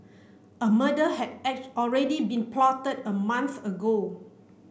a murder had already been plotted a month ago